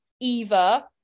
Eva